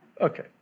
Okay